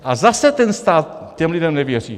A zase ten stát těm lidem nevěří.